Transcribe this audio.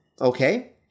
okay